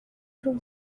grow